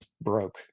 broke